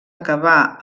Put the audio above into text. acabar